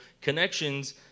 connections